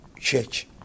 church